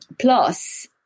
plus